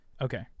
Okay